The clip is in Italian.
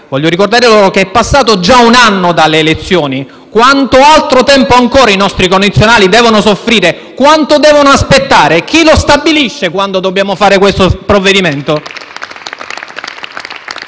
voglio ricordare loro che è passato già un anno dalle elezioni: quanto altro tempo ancora i nostri connazionali devono soffrire, quanto devono aspettare, chi lo stabilisce quando dobbiamo approvare questo provvedimento?